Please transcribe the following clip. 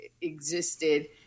existed